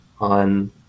on